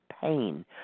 pain